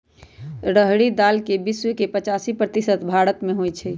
रहरी दाल विश्व के पचासी प्रतिशत भारतमें होइ छइ